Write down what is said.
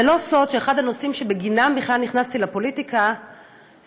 זה לא סוד שאחד הנושאים שבגינם בכלל נכנסתי לפוליטיקה זה